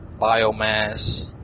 biomass